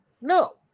No